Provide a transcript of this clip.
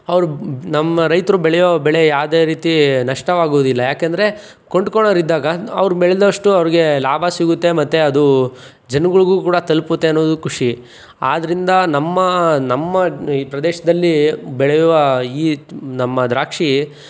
ಅವರು ನಮ್ಮ ರೈತರು ಬೆಳೆಯೋ ಬೆಳೆ ಯಾವುದೇ ರೀತಿ ನಷ್ಟವಾಗುವುದಿಲ್ಲ ಯಾಕೆಂದರೆ ಕೊಂಡ್ಕೊಳ್ಳೋರಿದ್ದಾಗ ಅವರು ಬೆಳೆದಷ್ಟು ಅವರಿಗೆ ಲಾಭ ಸಿಗುತ್ತೆ ಮತ್ತು ಅದು ಜನ್ಗಳಿಗೂ ಕೂಡ ತಲುಪುತ್ತೆ ಅನ್ನೋದು ಖುಷಿ ಆದ್ದರಿಂದ ನಮ್ಮ ನಮ್ಮ ಈ ಪ್ರದೇಶದಲ್ಲಿ ಬೆಳೆಯುವ ಈ ನಮ್ಮ ದ್ರಾಕ್ಷಿ